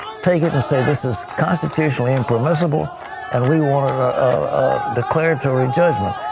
take it and say this is constitutionally impermissible and we want to declaratory judgment.